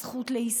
הזכות לעיסוק,